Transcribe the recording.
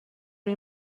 روی